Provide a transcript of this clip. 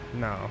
no